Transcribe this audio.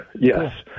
Yes